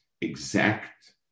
exact